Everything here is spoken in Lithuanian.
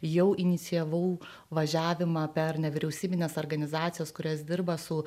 jau inicijavau važiavimą per nevyriausybines organizacijas kurios dirba su